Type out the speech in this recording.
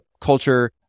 culture